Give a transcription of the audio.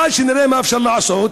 עד שנראה מה שאפשר לעשות,